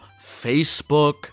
Facebook